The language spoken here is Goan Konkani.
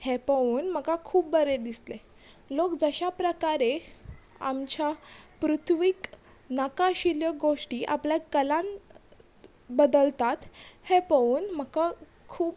हें पोवून म्हाका खूब बरें दिसलें लोक जशा प्रकारे आमच्या पृथ्वीक नाका आशिल्ल्यो गोश्टी आपल्या कलान बदलतात हें पोवून म्हाका खूब